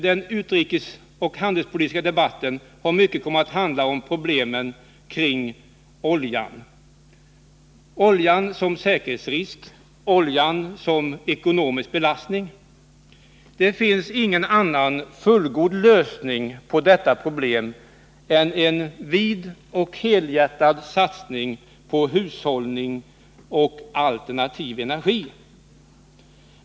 Den utrikesoch handelspolitiska debatten har mycket kommit att handla om problemen kring oljan: oljan som säkerhetsrisk, oljan som ekonomisk belastning. Det finns ingen annan fullgod lösning på detta problem än en vid och helhjärtad satsning på hushållning och alternativ energi.